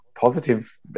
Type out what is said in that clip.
positive